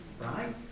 right